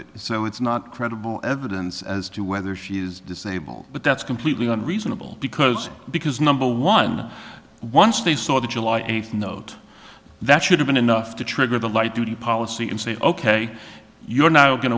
it so it's not credible evidence as to whether she is disabled but that's completely on reasonable because because number one once they saw the july eighth note that should have been enough to trigger the light duty policy and say ok you're now going